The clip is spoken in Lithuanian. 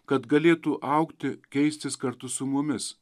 kad galėtų augti keistis kartu su mumis